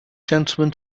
gentlemen